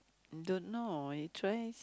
I don't know I try